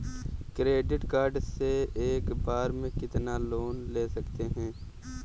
Credit card से एक बार में कितना लोन ले सकते हैं?